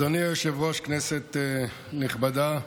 אדוני היושב-ראש, כנסת נכבדה,